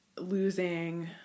losing